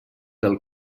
del